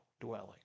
dwelling